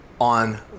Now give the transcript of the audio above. on